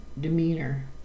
demeanor